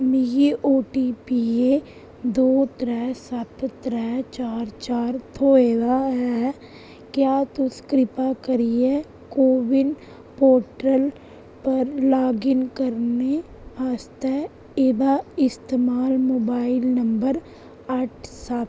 मिगी ओटीपी ऐ दो त्रै सत्त त्रै चार चार थ्होआ ऐ क्या तुस किरपा करियै को विन पोर्टल पर लाग इन करने आस्तै एह्दा इस्तेमाल मोबाइल नंबर अट्ठ सत्त